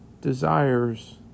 desires